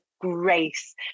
grace